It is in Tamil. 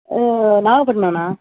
நாகபட்டினம்ணா